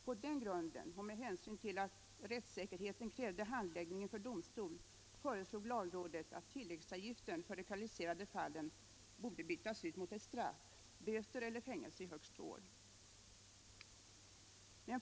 På den grunden och med hänsyn ull att rättssäkerheten krävde handläggning inför domstol föreslog lagrådet att tilläggsavgiften för de kvalificerade fallen skulle bytas ut mot ett straff — böter eller fängelse i högst två år.